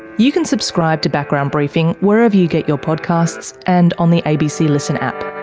you can subscribe to background briefing wherever you get your podcasts, and on the abc listen app.